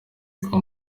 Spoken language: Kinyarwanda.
y’uko